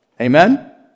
Amen